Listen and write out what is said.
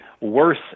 worse